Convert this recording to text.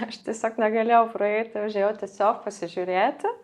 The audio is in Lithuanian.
aš tiesiog negalėjau praeiti užėjau tiesiog pasižiūrėti